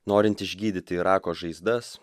norint išgydyti irako žaizdas